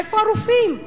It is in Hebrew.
איפה הרופאים?